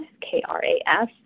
K-R-A-S